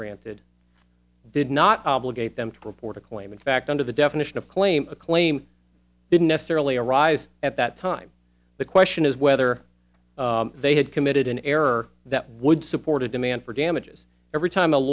granted did not obligate them to report a claim in fact under the definition of claim a claim didn't necessarily arise at that time the question is whether they had committed an error that would support a demand for damages every time a